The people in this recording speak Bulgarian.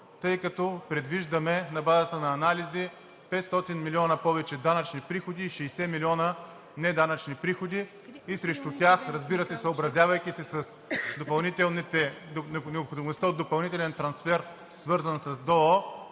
тъй като предвиждаме – на базата на анализи, 500 милиона повече данъчни приходи и 60 милиона неданъчни приходи. Срещу тях, разбира се, съобразявайки се с необходимостта от допълнителен трансфер, свързан с ДОО,